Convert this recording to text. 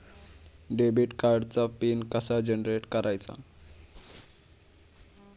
Debit कार्डचा pin कसा generate करायचा?